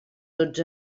tots